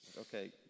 Okay